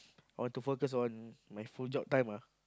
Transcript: I want to focus on my full job time ah